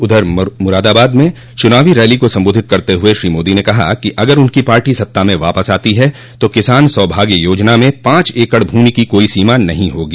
उधर मुरादाबाद में चुनावी रैली को सम्बोधित करते हुए श्री मोदी ने कहा कि अगर उनकी पार्टी सत्ता में वापस आती है तो किसान सौभाग्य योजना में पांच एकड़ भूमि की कोई सीमा नहीं होगी